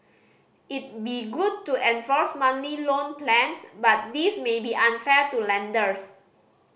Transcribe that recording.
it'd be good to enforce monthly loan plans but this may be unfair to lenders